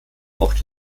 auch